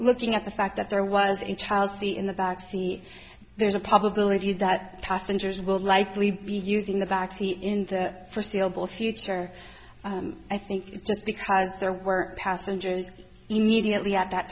looking at the fact that there was a child in the back seat there's a probability that passengers will likely be using the vaccine in the forseeable future i think just because there were passengers immediately at that